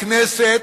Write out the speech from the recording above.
בכנסת,